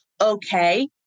Okay